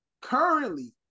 Currently